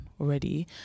already